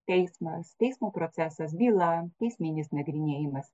teismas teismo procesas byla teisminis nagrinėjimas